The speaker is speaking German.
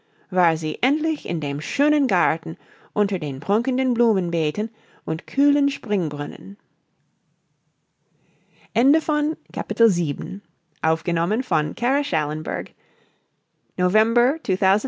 war sie endlich in dem schönen garten unter den prunkenden blumenbeeten und kühlen springbrunnen